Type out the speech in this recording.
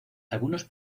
algunos